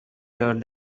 your